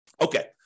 Okay